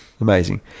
Amazing